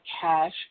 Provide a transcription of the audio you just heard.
cash